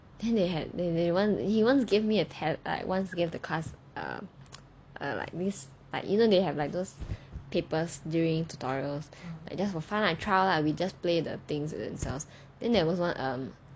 then they had they they he once gave me a test once gave the class err like this like you know they have like those papers during tutorials and then for fun lah trial lah we just play the things with ourselves then there was one erm